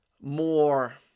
more